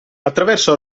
attraverso